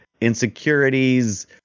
insecurities